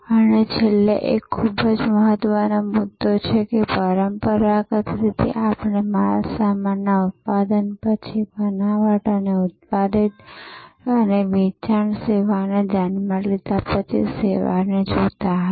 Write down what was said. અને છેલ્લે એક ખૂબ જ મહત્વનો મુદ્દો જે પરંપરાગત રીતે આપણે માલસામાનના ઉત્પાદન પછી બનાવટ અને ઉત્પાદિત અને વેચાણ સેવાને ધ્યાનમાં લીધા પછી સેવાને જોતા હતા